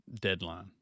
deadline